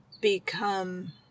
become